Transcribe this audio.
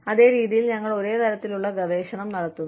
അതേ രീതിയിൽ ഞങ്ങൾ ഒരേ തരത്തിലുള്ള ഗവേഷണം നടത്തുന്നു